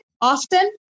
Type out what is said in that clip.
often